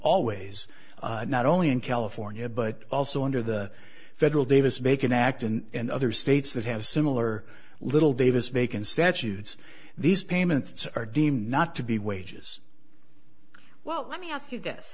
always not only in california but also under the federal davis bacon act and other states that have similar little davis bacon statutes these payments are deemed not to be wages well let me ask you this